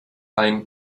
ein